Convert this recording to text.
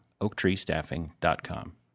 OaktreeStaffing.com